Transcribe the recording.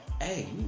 hey